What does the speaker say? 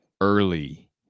early